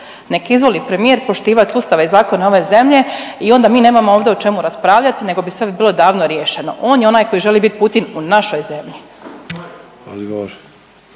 Nek izvoli premijer poštivati ustave i zakone ove zemlje i onda mi nemamo ovdje o čemu raspravljati nego bi sve bilo davno riješeno. On je onaj koji želi Putin u našoj zemlji.